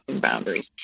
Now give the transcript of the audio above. boundaries